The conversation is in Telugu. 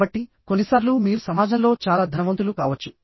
కాబట్టికొన్నిసార్లు మీరు సమాజంలో చాలా ధనవంతులు కావచ్చు